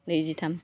नैजिथाम